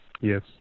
Yes